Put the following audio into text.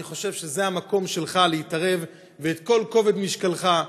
אני חושב שזה המקום שלך להתערב, ובכל כובד משקלך.